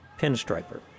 pinstriper